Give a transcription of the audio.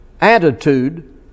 attitude